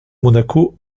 monaco